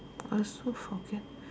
I also forget